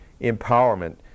empowerment